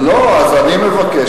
לא, אז אני מבקש.